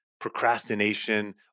procrastination